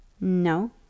No